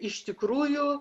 iš tikrųjų